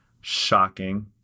shocking